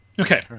Okay